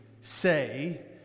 say